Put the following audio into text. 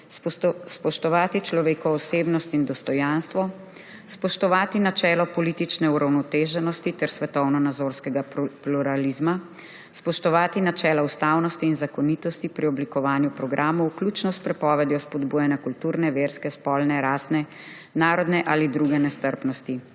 spoštovati človekovo osebnost in dostojanstvo; spoštovati načelo politične uravnoteženosti ter svetovnonazorskega pluralizma; spoštovati načelo ustavnosti in zakonitosti pri oblikovanju programov, vključno s prepovedjo spodbujanja kulturne, verske, spolne, rasne, narodne ali druge nestrpnosti;